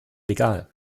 legal